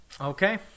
Okay